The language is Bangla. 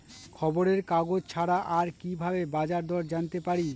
খবরের কাগজ ছাড়া আর কি ভাবে বাজার দর জানতে পারি?